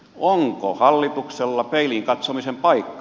onko hallituksella peiliin katsomisen paikka